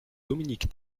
dominique